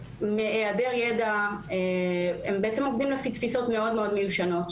מעדר ידע הם בעצם עובדים לפי תפיסות מאוד מיושנות,